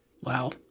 Wow